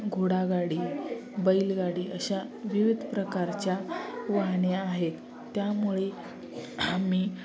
घोडागाडी बैलगाडी अशा विविध प्रकारच्या वाहाने आहेत त्यामुळे आम्ही